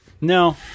No